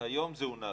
היום זה הונח.